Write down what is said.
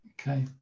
Okay